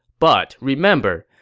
but remember,